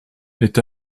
est